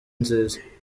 nziza